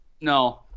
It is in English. No